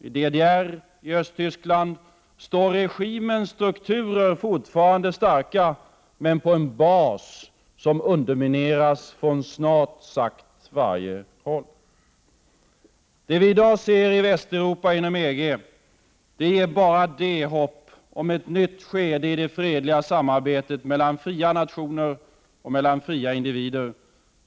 I DDR, Östtyskland, står regimens strukturer fortfarande starka men på en bas som undermineras från snart sagt varje håll. Det vi i dag ser i Västeuropa inom EG ger, bara det, hopp om ett nytt skede i det fredliga samarbetet mellan fria nationer och fria individer.